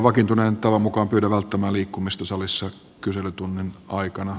vakiintuneen tavan mukaan pyydän välttämään liikkumista salissa kyselytunnin aikana